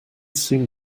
seem